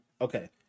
Okay